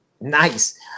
Nice